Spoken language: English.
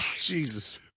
jesus